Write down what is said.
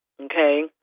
Okay